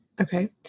Okay